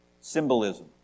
symbolism